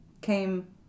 came